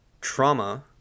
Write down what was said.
trauma